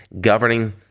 governing